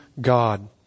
God